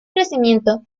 crecimiento